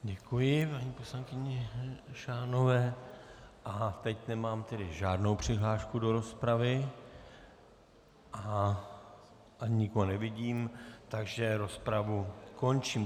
Děkuji paní poslankyni Šánové a teď nemám tedy žádnou přihlášku do rozpravy a ani nikoho nevidím, takže rozpravu končím.